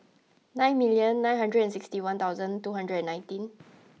nine million nine hundred and sixty one thousand two hundred and nineteen